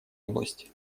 области